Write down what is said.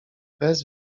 bez